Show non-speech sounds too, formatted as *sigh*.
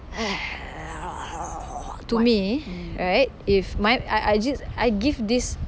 *noise* to me right if my I I just I give this